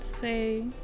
say